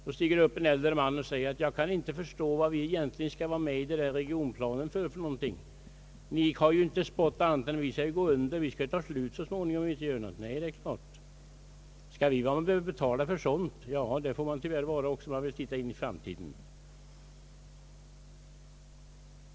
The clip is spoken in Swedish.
Då stiger det upp en äldre man och säger: »Jag kan inte förstå varför vi egentligen skall vara med i den där regionplanen. Ni har ju inte sagt annat än att vi skall gå under, vi skall upphöra så småningom, om vi inte gör något. Skall vi vara med och betala för sådant?» Ja, det måste man väl vara om man vill titta in i framtiden.